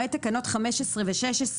למעט תקנות 15 ו-16",